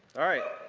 alright.